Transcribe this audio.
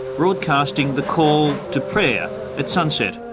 broadcasting the call to prayer at sunset.